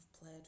Played